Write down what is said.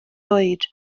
oed